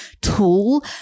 tool